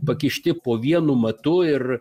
pakišti po vienu matu ir